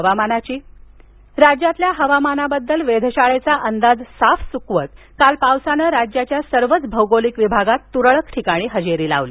हवामान राज्यातल्या हवामानाबद्दल वेधशाळेचा अंदाज साफ चूकवत काल पावसानं राज्याच्या सर्वच भौगोलिक विभागात तूरळक ठिकाणी हजेरी लावली